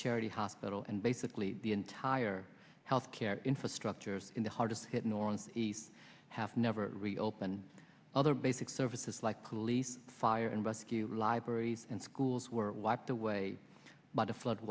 charity hospital and basically the entire health care infrastructure in the hardest hit northeast have never reopened other basic services like police fire and rescue libraries and schools were wiped away by the flood